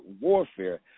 warfare